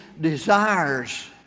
desires